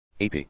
AP